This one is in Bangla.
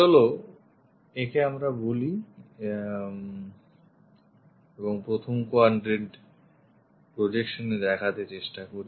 চলো একে আমরা বলি এবং প্রথম কোয়াড্রেন্ট প্রজেকশনএ দেখাতে চেষ্টা করি